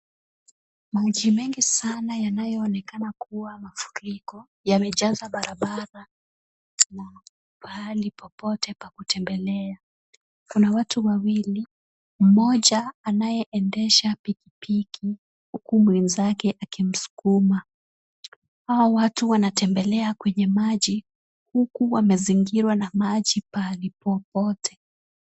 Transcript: Maji mengi sana yanayoonekana kuwa mafuriko yamejaza barabara na pahali popote pa kutembelea. Kuna watu wawili, mmoja anayeendesha pikipiki huku mwenzake akimsukuma. Hao watu wanatembelea kwenye maji huku wamezingirwa na maji pahali popote.